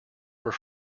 were